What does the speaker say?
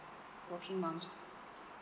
working mums